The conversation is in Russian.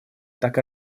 так